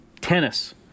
tennis